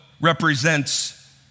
represents